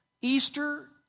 Easter